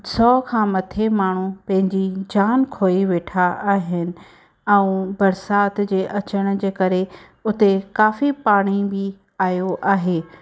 सौ खां मथे माण्हू पंहिंजी जान खोई वेठा आहिनि ऐं बरसाति जे अचण जे करे उते काफ़ी पाणी बि आयो आहे